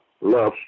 love